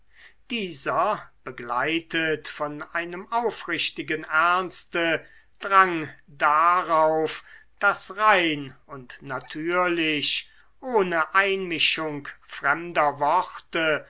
dieser begleitet von einem aufrichtigen ernste drang darauf daß rein und natürlich ohne einmischung fremder worte